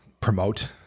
promote